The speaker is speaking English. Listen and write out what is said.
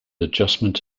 adjustment